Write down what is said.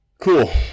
Cool